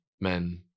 men